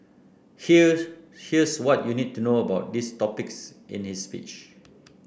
here's here's what you need to know about these topics in his speech